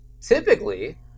typically